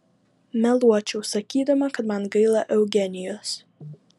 meluočiau sakydama kad man gaila eugenijos